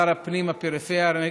ושר הפנים והפריפריה,